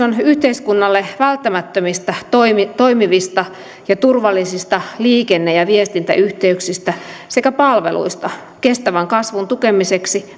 on yhteiskunnalle välttämättömistä toimivista toimivista ja turvallisista liikenne ja viestintäyhteyksistä sekä palveluista kestävän kasvun tukemiseksi